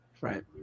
right